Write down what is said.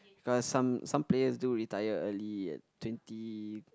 cause some some players do retire early at twenty